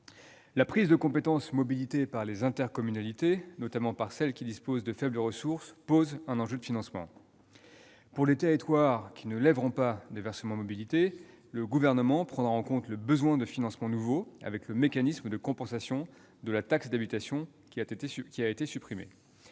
La prise de compétence mobilité par les intercommunalités, notamment celles qui disposent de faibles ressources, fait naître un enjeu de financement. Pour les territoires qui ne lèveront pas de versement mobilité, le Gouvernement prendra en compte le besoin de financement nouveau le mécanisme de compensation de la suppression de la taxe